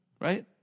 right